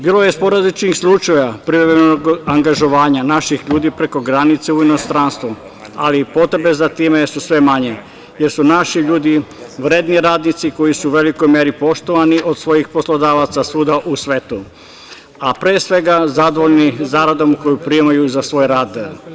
Bilo je sporadičnih slučajeva privremenog angažovanja naših ljudi preko granice u inostranstvu, ali potrebe za time su sve manje, jer su naši ljudi vredni radnici, koji su u velikoj meri poštovani od svojih poslodavaca svuda u svetu, a pre svega zadovoljni zaradom koju primaju za svoj rad.